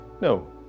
No